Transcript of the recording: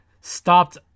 stopped